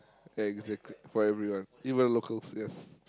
exactly for everyone even locals yes